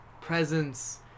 presence